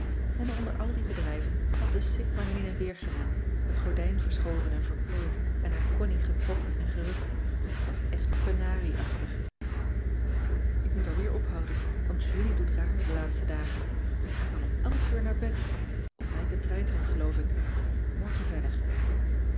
en onder al die bedrijven had de sik maar heen en weer gerend het gordijn verschoven en verplooid en aan connie getrokken en gerukt t was echt penarieachtig ik moet alweer ophouden want julie doet raar de laatste dagen die gaat al om elf uur naar bed om mij te treiteren geloof ik morgen verder